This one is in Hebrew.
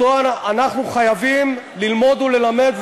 שאנחנו חייבים ללמוד וללמד,